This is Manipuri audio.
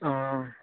ꯑꯥ ꯑꯥ